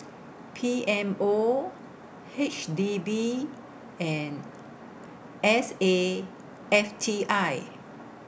P M O H D B and S A F T I